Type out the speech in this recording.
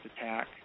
attack